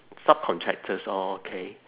subcontractors orh okay